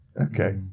okay